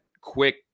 quick